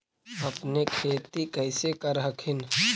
अपने खेती कैसे कर हखिन?